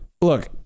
look